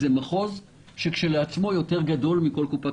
זה מחוז שהוא כשלעצמו גדול יותר מכל קופת